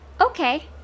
Okay